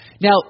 Now